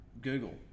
Google